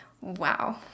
Wow